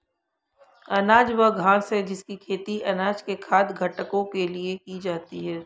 अनाज वह घास है जिसकी खेती अनाज के खाद्य घटकों के लिए की जाती है